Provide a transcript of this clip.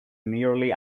nearly